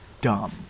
dumb